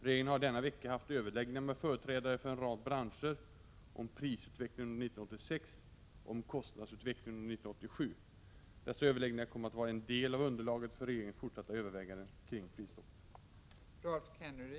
Regeringen har denna vecka haft överläggningar med företrädare för en rad branscher om prisutvecklingen under 1986 och om kostnadsutvecklingen under 1987. Dessa överläggningar kommer att vara en del av underlaget för regeringens fortsatta överväganden kring prisstoppet.